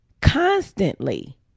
constantly